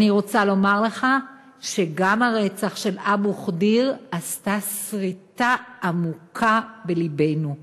אני רוצה לומר לך שגם הרצח של אבו ח'דיר עשה סריטה עמוקה בלבנו,